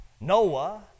Noah